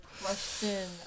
question